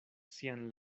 sian